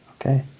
Okay